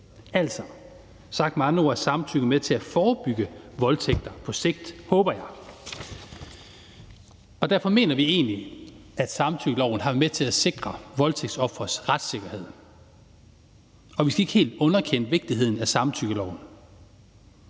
disse. Sagt med andre ord er samtykke med til at forebygge voldtægter på sigt, håber jeg. Derfor mener vi egentlig, at samtykkeloven har været med til sikre voldtægtsofres retssikkerhed, og vi skal ikke helt underkende vigtigheden af samtykkeloven.